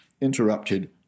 interrupted